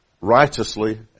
righteously